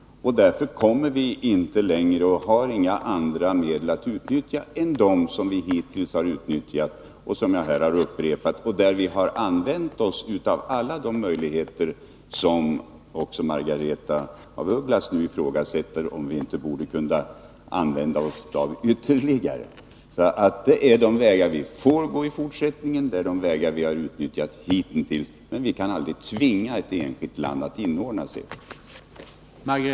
Därför har vi inga andra medel att tillgripa än dem som vi hittills har utnyttjat och som jag här har räknat upp. Vi har använt oss av alla de möjligheter som Margaretha af Ugglas nu ifrågasätter om vi inte ytterligare skulle kunna använda. Det är de vägar som vi får gå i fortsättningen och det är de som vi hittills har utnyttjat. Vi kan aldrig tvinga ett enskilt land att underordna sig internationella rekommendationer.